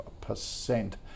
percent